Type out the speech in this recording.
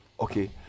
okay